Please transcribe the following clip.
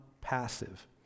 passive